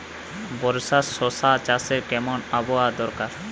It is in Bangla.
বর্ষার শশা চাষে কেমন আবহাওয়া দরকার?